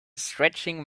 stretching